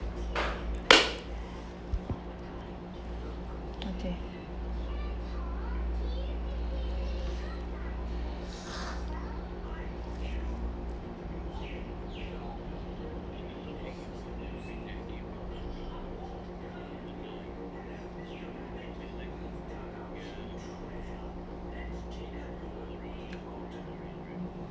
okay